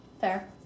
Fair